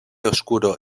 oscuro